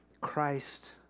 Christ